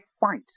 fight